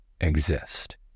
exist